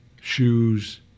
shoes